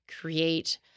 create